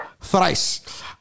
Thrice